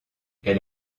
elle